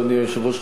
אדוני היושב-ראש,